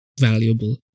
valuable